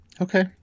Okay